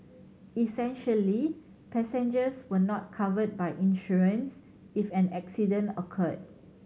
essentially passengers were not covered by insurance if an accident occurred